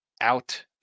out